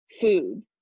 food